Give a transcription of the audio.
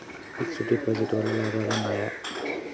Fix డ్ deposit వల్ల లాభాలు ఉన్నాయి?